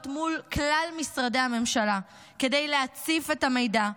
מול כלל משרדי הממשלה כדי להציף את המידע,